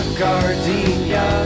gardenia